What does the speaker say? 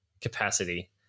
capacity